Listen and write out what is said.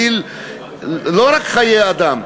לא רק חיי אדם,